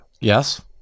yes